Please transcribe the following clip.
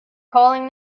calling